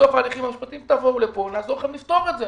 בסוף ההליכים המשפטיים תבואו לכאן ונעזור לכם לפתור אותה.